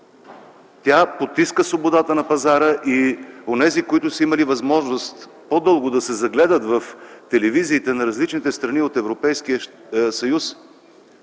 Тя потиска свободата на пазара и онези, които са имали възможност по-дълго да се загледат в телевизиите на различните страни от Европейския съюз,